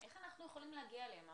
איך אנחנו יכולים להגיע אליהם?